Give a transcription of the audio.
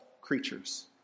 creatures